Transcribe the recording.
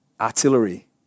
artillery